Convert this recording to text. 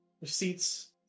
receipts